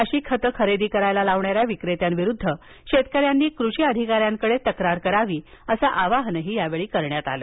अशी खतं खरेदी करावयास लावणाऱ्या विक्रेत्यांविरुद्ध शेतकऱ्यांनी कृषी अधिकाऱ्यांकडे तक्रार करावी असं आवाहनही करण्यात आलं